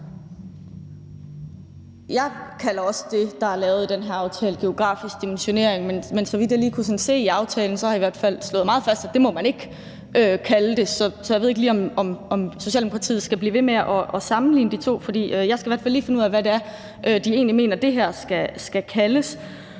jeg kalder også det, der er lavet i den her aftale, geografisk dimensionering, men så vidt jeg sådan lige kunne se i aftalen, har I i hvert fald slået meget fast, at det må man ikke kalde det. Så jeg ved ikke lige, om Socialdemokratiet skal blive ved med at sammenligne de to, for jeg skal i hvert fald lige finde ud af, hvad det egentlig er, de mener det her skal kaldes.